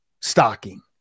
stocking